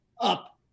up